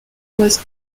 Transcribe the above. was